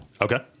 Okay